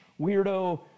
weirdo